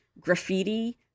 graffiti